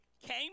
came